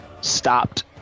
Stopped